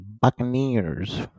Buccaneers